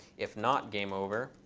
if not game over.